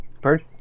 Bird